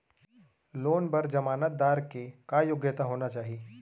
Loan बर जमानतदार के का योग्यता होना चाही?